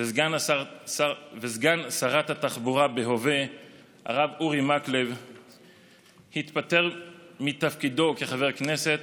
וסגן שרת התחבורה בהווה הרב אורי מקלב התפטר מתפקידו כחבר כנסת